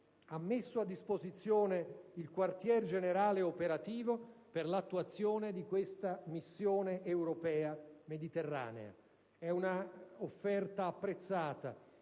ha messo a disposizione il quartier generale operativo per l'attuazione di questa missione europeo-mediterranea. Un'offerta apprezzata